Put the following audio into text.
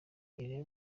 ireba